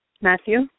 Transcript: Matthew